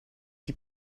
die